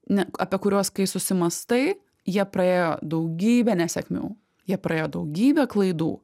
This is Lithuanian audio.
ne apie kuriuos kai susimąstai jie praėjo daugybę nesėkmių jie praėjo daugybę klaidų